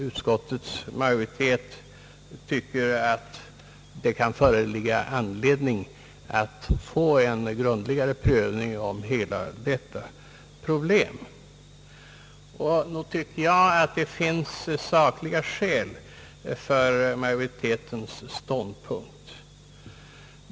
Utskottets majoritet däremot anser, att det kan finnas anledning till en grundligare prövning av hela detta problem. Nog tycker jag att det finns sakliga skäl för utskottsmajoritetens ståndpunkt.